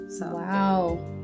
Wow